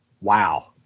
wow